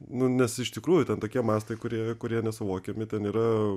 nu nes iš tikrųjų ten tokie mastai kurie kurie nesuvokiami ten yra